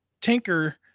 Tinker